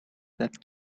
that